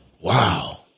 Wow